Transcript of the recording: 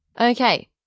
okay